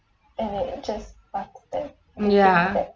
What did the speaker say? ya